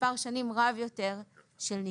למספר שנים רב יותר של ניכוי.